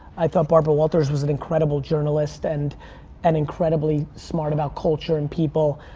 i thought barbara walters was an incredible journalist and and incredibly smart about culture and people,